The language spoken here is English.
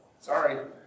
Sorry